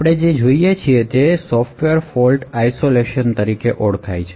આપણે જે જોઈએ છીએ તે સોફ્ટવેર ફોલ્ટ આઇસોલેશન તરીકે ઓળખાય છે